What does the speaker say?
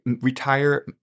retire